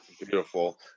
Beautiful